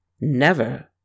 Never